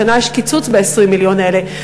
השנה יש קיצוץ ב-20 מיליון אלה.